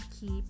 keep